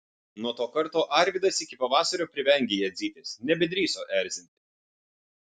nuo to karto arvydas iki pavasario privengė jadzytės nebedrįso erzinti